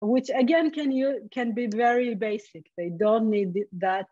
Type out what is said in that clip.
‫Which again can be very basic, they don't need this that